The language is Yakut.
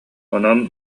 онон